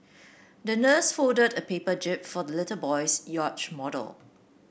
the nurse folded a paper jib for the little boy's yacht model